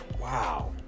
wow